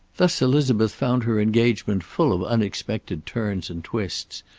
thus elizabeth found her engagement full of unexpected turns and twists,